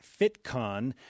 FitCon